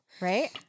Right